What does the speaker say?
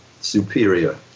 superior